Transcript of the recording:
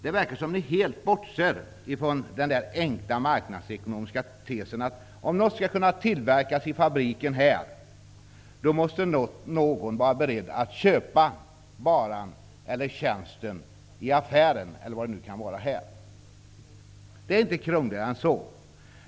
Det verkar som om ni helt bortser från den enkla marknadsekonomiska tesen, nämligen att för att en vara skall kunna tillverkas i fabriken måste någon vara beredd att köpa varan eller tjänsten i affären e.d. Det är inte krångligare än så.